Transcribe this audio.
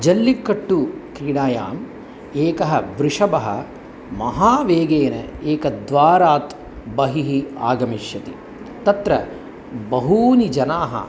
जल्लिकट्टु क्रीडायाम् एकः वृषभः महावेगेन एकद्वारात् बहिः आगमिष्यति तत्र बहवः जनाः